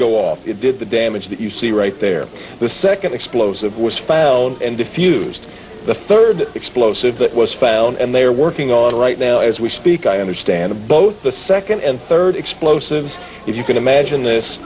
go off it did the damage that you see right there the second explosive was found in diffused the third explosive that was found and they are working on right now as we speak i understand both the second and third explosives if you can imagine this